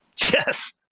yes